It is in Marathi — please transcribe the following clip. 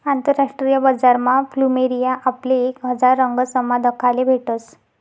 आंतरराष्ट्रीय बजारमा फ्लुमेरिया आपले एक हजार रंगसमा दखाले भेटस